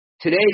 Today